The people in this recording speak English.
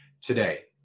Today